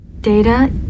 Data